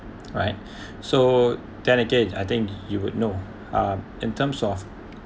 right so then again I think you would know um in terms of